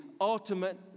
ultimate